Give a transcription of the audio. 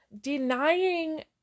denying